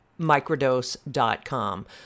microdose.com